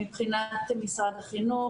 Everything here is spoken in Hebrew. מבחינת משרד החינוך,